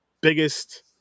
biggest